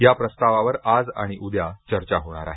या प्रस्तावावर आज आणि उद्या चर्चा होणार आहे